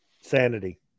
sanity